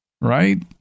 Right